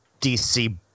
DC